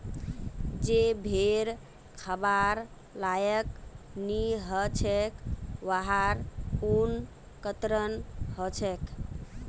जे भेड़ खबार लायक नई ह छेक वहार ऊन कतरन ह छेक